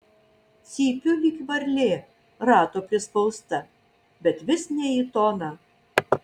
cypiu lyg varlė rato prispausta bet vis į ne toną